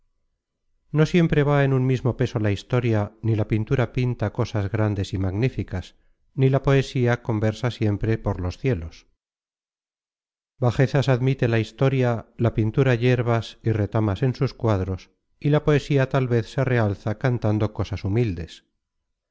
no siempre va en un mismo peso la historia ni la pintura pinta cosas grandes y magníficas ni la poesía conversa siempre por los cielos bajezas admite la historia la pintura yerbas y retamas en sus cuadros y la poesía tal vez se realza cantando cosas humildes